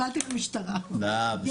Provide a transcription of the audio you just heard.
תמשיך.